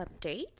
update